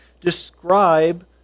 describe